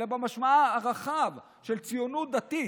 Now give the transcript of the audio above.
אלא במשמעה הרחבה של ציונות דתית,